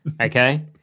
okay